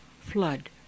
flood